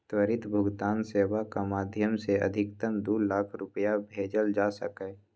त्वरित भुगतान सेवाक माध्यम सं अधिकतम दू लाख रुपैया भेजल जा सकैए